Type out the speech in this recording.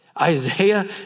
Isaiah